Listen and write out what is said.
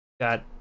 got